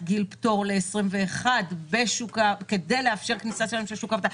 גיל פטור ל-21 כדי לאפשר כניסה שלהם לשוק העבודה.